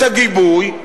את הגיבוי,